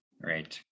Right